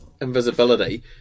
Invisibility